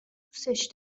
دوستش